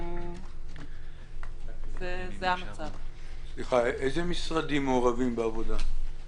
איזה משרדים מעורבים בעבודה?